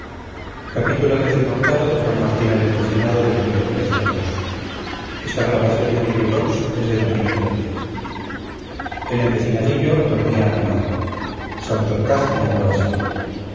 hacer daño el empecinadillo dormía a mi lado santorcaz me habló así